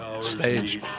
stage